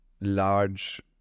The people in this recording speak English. large